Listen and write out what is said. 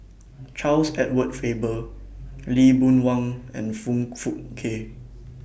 Charles Edward Faber Lee Boon Wang and Foong Fook Kay